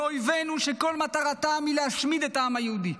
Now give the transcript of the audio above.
באויבינו, שכל מטרתם היא להשמיד את העם היהודי.